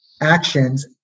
actions